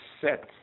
set